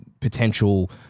potential